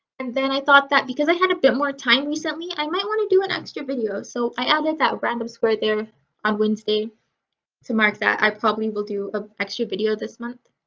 and then i thought that because i had a bit more time recently i might want to do an extra video so i added that random square there on wednesday to mark that i probably will do a extra video this month.